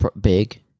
Big